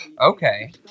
Okay